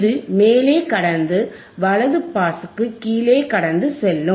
இது மேலே கடந்து வலது பாஸுக்கு கீழே கடந்து செல்லும்